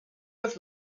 das